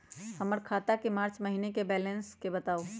हमर खाता के मार्च महीने के बैलेंस के बताऊ?